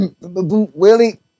Willie